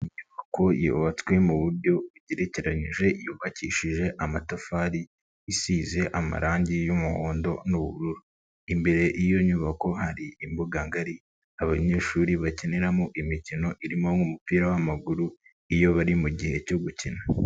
Inyubako yubatswe mu buryo bugerekeranyije yubakishije amatafari, isize amarangi y'umuhondo n'ubururu, imbere y'iyo nyubako hari imbuga ngari abanyeshuri bakiniramo imikino irimo nk'umupira w'amaguru iyo bari mu gihe cyo gukina.